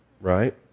right